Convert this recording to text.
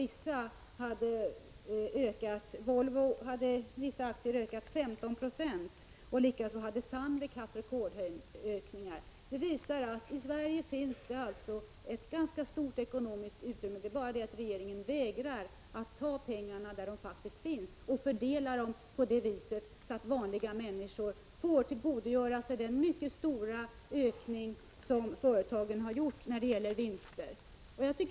Vissa av Volvos aktier hade ökat med 15 96, och även beträffande Sandvik hade rekordhöjningar skett. Det finns alltså ett ganska stort ekonomiskt utrymme i Sverige. Problemet är bara att regeringen vägrar att ta de pengar som faktiskt finns och fördela dem på ett sådant sätt att vanliga människor kan få del av den mycket stora vinstökningen i företagen.